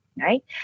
right